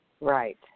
Right